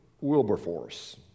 Wilberforce